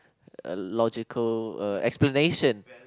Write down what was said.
uh logical uh explanation